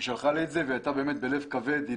היא אמרה את המילים באמת בלב כבד.